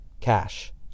Cash